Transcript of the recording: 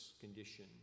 condition